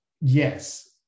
Yes